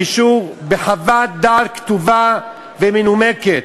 באישור, בחוות דעת כתובה ומנומקת.